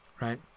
right